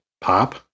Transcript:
pop